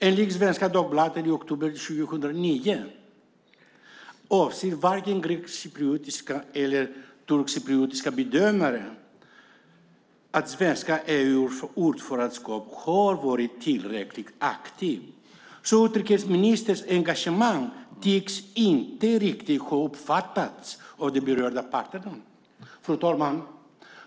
Enligt Svenska Dagbladet i oktober 2009 anser varken grekcypriotiska eller turkcypriotiska bedömare att svenska EU-ordförandeskapet har varit tillräckligt aktivt. Utrikesministerns engagemang tycks inte riktigt ha uppfattats av de berörda parterna. Fru talman!